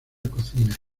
cocina